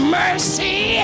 mercy